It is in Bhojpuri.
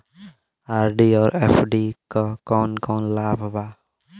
आर.डी और एफ.डी क कौन कौन लाभ बा?